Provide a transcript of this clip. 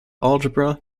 algebra